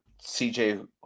CJ